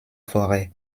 forêts